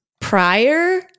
prior